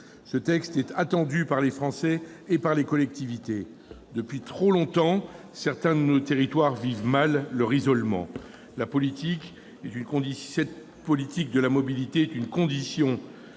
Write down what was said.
un texte attendu par les Français et par les collectivités, tant, depuis trop longtemps, certains de nos territoires vivent mal leur isolement. La politique de la mobilité est une condition